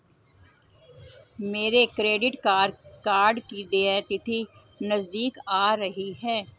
मेरे credit card की देय तिथि नज़दीक आ रही है